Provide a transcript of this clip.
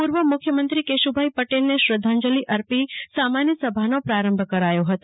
પૂર્વ મુખ્યમંત્રી કેશુભાઈ પટેલને શ્રદ્ધાંજલિ આપી સામાન્ય સભાનો પ્રારંભ કરાથો હતો